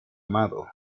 amado